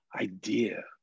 idea